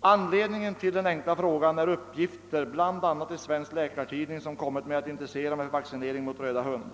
Anledningen till min enkla fråga är bl.a. uppgifter i Läkartidningen, vilka gjorde att jag började intressera mig för vaccinering mot röda hund.